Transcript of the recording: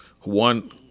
one